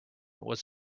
was